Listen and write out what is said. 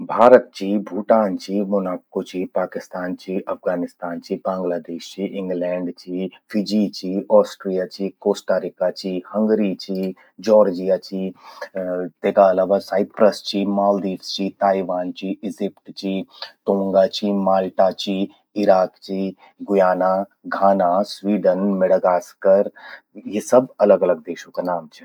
भारत चि, भूटान चि, मोनाको चि, पाकिस्तान चि, अफगानिस्तान चि, बांग्लादेश चि, इंग्लैंड चि, फिजी चि, ऑस्ट्रिया चि, कोस्टारिका चि, हंगरी चि, जॉर्जिया चि। येका अलावा साइप्रस चि मालदीव चि, ताइवान चि, इजिप्ट चि. तूंगा चि, माल्टा चि, ईराक चि, गुयाना, घाना, स्वीडन, मेडागास्कर। यी सब अलग अलग देशों का नाम छिन।